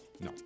No